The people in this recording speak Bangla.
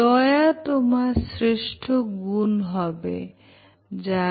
দয়া তোমার শ্রেষ্ঠ গুন হবে যার